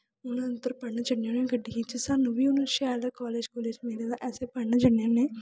हून उद्धर पढ़न जन्ने होन्नें गड्डियें च सानूं बी हून शैल कालज कूलज मिले दा अस बी पढ़न जन्ने होन्नें